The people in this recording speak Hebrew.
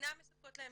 אינם מספקות להם.